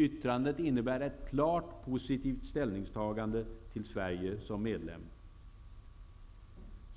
Yttrandet innebär ett klart positivt ställningstagande till